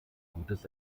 gutes